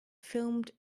filmed